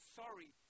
sorry